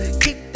keep